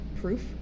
proof